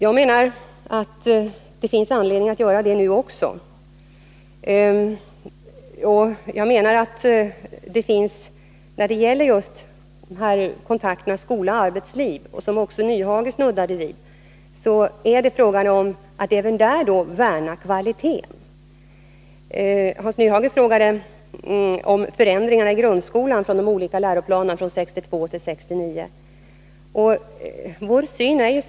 Jag menar att detta gäller nu också. Beträffande kontakterna mellan skola och arbetsliv, som Hans Nyhage snuddade vid, är det fråga om att även där värna om kvaliteten. Hans Nyhage frågade om förändringarna i grundskolan, de olika läroplanerna 1962 och 1969.